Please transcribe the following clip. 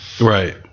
Right